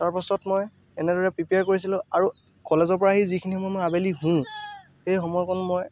তাৰপাছত মই এনেদৰে প্ৰিপেয়াৰ কৰিছিলোঁ আৰু কলেজৰ পৰা আহি যিখিনি সময় আবেলি শোওঁ সেই সময়কণ মই